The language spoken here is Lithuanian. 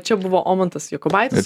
čia buvo omantas jokubaitis